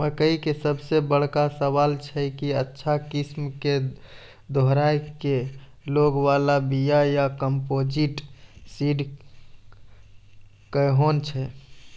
मकई मे सबसे बड़का सवाल छैय कि अच्छा किस्म के दोहराय के लागे वाला बिया या कम्पोजिट सीड कैहनो छैय?